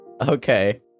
Okay